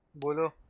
winner